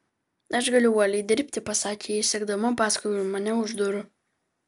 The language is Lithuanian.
aš galiu uoliai dirbti pasakė ji sekdama paskui mane už durų